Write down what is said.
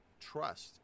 trust